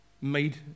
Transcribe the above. made